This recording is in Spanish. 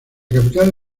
capital